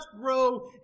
grow